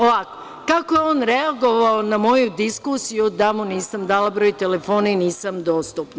Ovako, kako je on reagovao na moju diskusiju da mu nisam dala broj telefona i nisam dostupna.